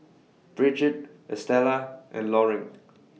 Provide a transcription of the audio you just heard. Brigitte Estella and Loring